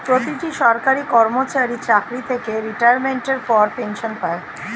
প্রতিটি সরকারি কর্মচারী চাকরি থেকে রিটায়ারমেন্টের পর পেনশন পায়